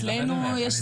אני לומד ממך,